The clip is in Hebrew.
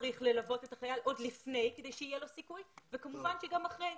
צריך ללוות את החייל עוד לפני כדי שיהיה לו סיכוי וכמובן שגם אחרי.